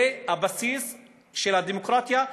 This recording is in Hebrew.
זה הבסיס של הדמוקרטיה,